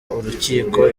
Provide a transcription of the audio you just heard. urukiko